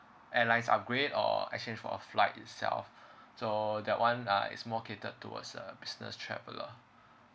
airlines upgrade or exchange for a flight itself so that one uh is more catered towards a business traveler